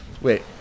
Wait